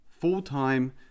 full-time